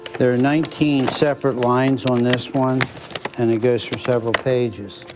there are nineteen separate lines on this one and it goes for several pages.